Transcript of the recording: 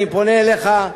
אני פונה אליך,